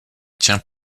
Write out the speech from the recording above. tient